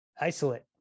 isolate